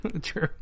True